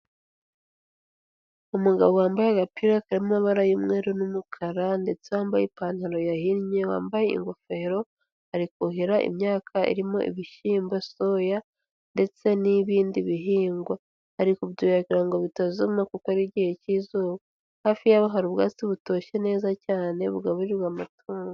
Umugabo wambaye agapira karimo amabara y'umweru n'umukara ndetse wambaye ipantaro yahinnye, wambaye ingofero ari kuhira imyaka irimo ibishyimbo, soya ndetse n'ibindi bihingwa. Ari kubyuhira kugira ngo bitazuma kuko ari igihe cy'izuba. Hafi yaho hari ubwatsi butoshye neza cyane bugaburirwa amatungo.